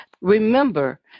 Remember